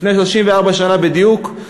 לפני 34 שנה בדיוק,